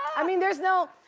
i mean there's no,